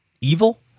evil